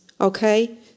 okay